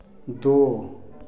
दो